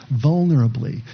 vulnerably